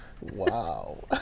Wow